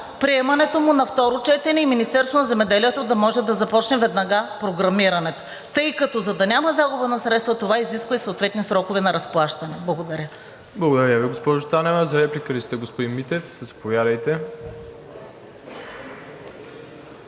приемането му на второ четене и Министерството на земеделието да може да започне веднага програмирането, тъй като, за да няма загуба на средства, това изисква и съответни срокове на разплащане. Благодаря. ПРЕДСЕДАТЕЛ МИРОСЛАВ ИВАНОВ: Благодаря Ви, госпожо Танева. За реплика ли сте, господин Митев? Заповядайте.